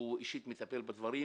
והוא אישית מטפל בדברים.